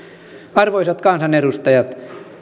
arvoisat kansanedustajat